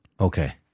Okay